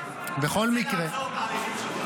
אני מנסה לעצור תהליכים שלך.